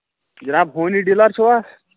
جِناب ہونی ڈیٖلر چھُوا